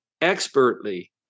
expertly